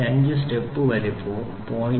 5 step വലുപ്പവും 0